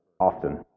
often